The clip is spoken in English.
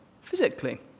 physically